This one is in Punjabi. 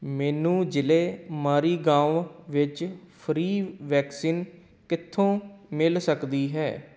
ਮੈਨੂੰ ਜ਼ਿਲ੍ਹੇ ਮਾਰੀਗਾਂਵ ਵਿੱਚ ਫ੍ਰੀ ਵੈਕਸੀਨ ਕਿੱਥੋਂ ਮਿਲ ਸਕਦੀ ਹੈ